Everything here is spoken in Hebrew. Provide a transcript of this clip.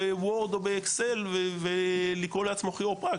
בוורד או באקסל, ולקרוא לעצמו כירופרקט.